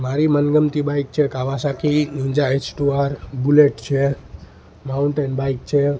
મારી મનગમતી બાઈક છે કાવાસાકી નીન્જા એચટુઆર બુલેટ છે માઉન્ટેન બાઈક છે